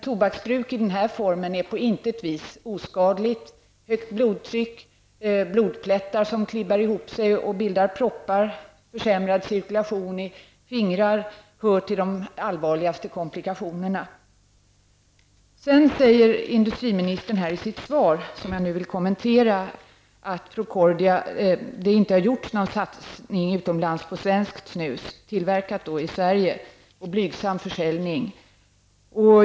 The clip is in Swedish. Tobaksbruk i den här formen är på intet vis oskadligt. Högt blodtryck, blodplättar som klibbar ihop sig och bildar proppar, och försämrad cirkulation i fingrar hör till de allvarligaste komplikationerna. Industriministern säger i sitt svar, som jag nu vill kommentera, att det inte har gjorts någon satsning utomlands på svenskt snus, tillverkat i Sverige, och att man har en blygsam försäljning.